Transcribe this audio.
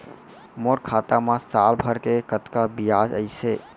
मोर खाता मा साल भर के कतका बियाज अइसे?